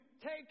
take